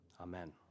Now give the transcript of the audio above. Amen